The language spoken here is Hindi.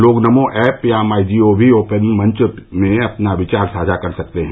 लोग नमो ऐप या my G O V open मंच में अपने विचार साझा कर सकते हैं